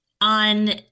on